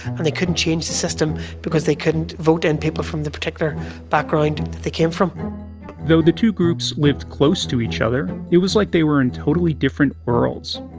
and they couldn't change the system because they couldn't vote in people from the particular background that they came from though the two groups lived close to each other, it was like they were in totally different worlds.